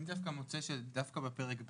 אני דווקא מוצא שבפרק ב',